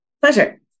Pleasure